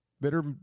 bitter